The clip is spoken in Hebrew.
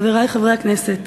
תודה רבה, חברי חברי הכנסת,